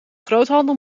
groothandel